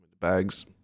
bags